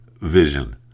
vision